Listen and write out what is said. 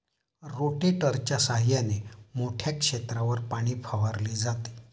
रोटेटरच्या सहाय्याने मोठ्या क्षेत्रावर पाणी फवारले जाते